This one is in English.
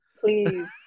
Please